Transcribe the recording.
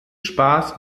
spaß